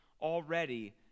already